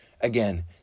Again